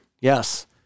Yes